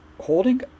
Holding